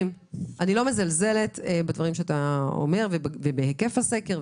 אני לא מזלזלת בדברים שאתה אומר ובהיקף הסקר,